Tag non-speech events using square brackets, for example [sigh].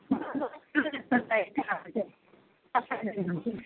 मलाई दस किलो जस्तो चाहिएको थियो [unintelligible]